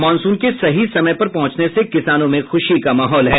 monsoon के सही समय पर पहुंचने से किसानों में ख़्शी का माहौल है